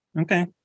Okay